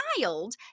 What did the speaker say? child